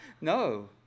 No